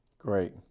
Great